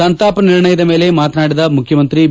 ಸಂತಾಪ ನಿರ್ಣಯದ ಮೇಲೆ ಮಾತನಾಡಿದ ಮುಖ್ಯಮಂತ್ರಿ ಬಿ